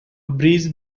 breeze